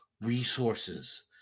resources